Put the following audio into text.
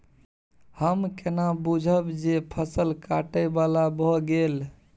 हम केना बुझब जे फसल काटय बला भ गेल?